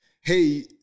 Hey